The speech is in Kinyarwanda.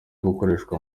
gukoreshwa